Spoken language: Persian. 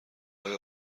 آیا